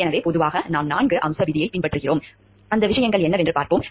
எனவே பொதுவாக நாம் நான்கு அம்ச விதியைப் பின்பற்றுகிறோம் அந்த விஷயங்கள் என்னவென்று பார்ப்போம்